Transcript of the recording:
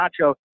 Nacho